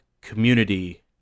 community